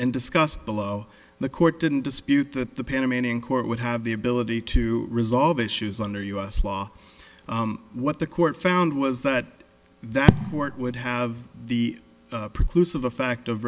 and discussed below the court didn't dispute that the panamanian court would have the ability to resolve issues under u s law what the court found was that that court would have the produce of a fact of